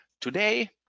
Today